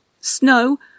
snow